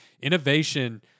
Innovation